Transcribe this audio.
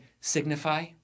signify